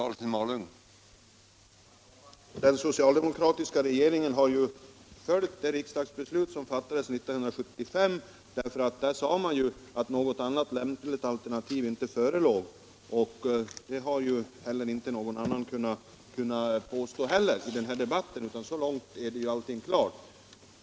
Herr talman! Den socialdemokratiska regeringen har ju följt det riksdagsbeslut som fattades 1975, därför att det där uttalades att det inte förelåg något annat lämpligt alternativ. Ingen har heller kunnat påstå någonting annat i den här debatten. Så långt är allting klart.